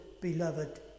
beloved